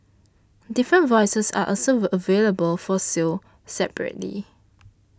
different voices are also available for sale separately